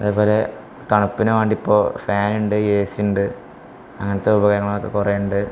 അതുപോലെ തണുപ്പിന് വേണ്ടിയിപ്പോള് ഫാനുണ്ട് എ സിയുണ്ട് അങ്ങനത്തെ ഉപകരണങ്ങളൊക്കെ കുറേയുണ്ട്